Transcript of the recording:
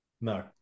No